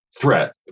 threat